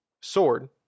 sword